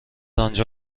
آنجا